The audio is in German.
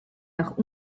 nach